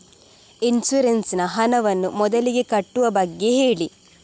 insurance ನ ಹಣವನ್ನು ಮೊದಲಿಗೆ ಕಟ್ಟುವ ಬಗ್ಗೆ ಹೇಳಿ